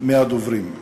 אצל הדוברים.